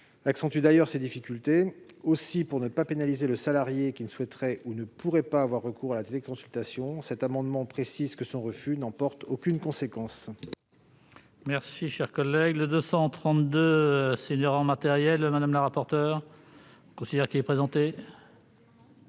accentuent d'ailleurs ces difficultés. Aussi, pour ne pas pénaliser le salarié qui ne souhaiterait ou ne pourrait pas avoir recours à la téléconsultation, cet amendement vise à préciser que son refus n'emporte aucune conséquence.